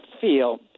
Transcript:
feel